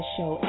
Show